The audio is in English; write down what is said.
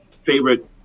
favorite